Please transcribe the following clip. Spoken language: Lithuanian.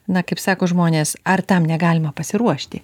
na kaip sako žmonės ar tam negalima pasiruošti